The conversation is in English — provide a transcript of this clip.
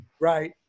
Right